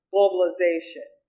Globalization